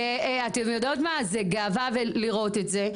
אתן יודעות מה זה גאווה לראות את זה,